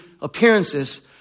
appearances